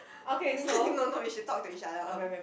no no we should talk to each other um